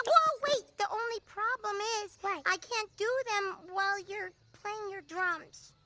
wait! the only problem is i can't do them while you're playing your drums.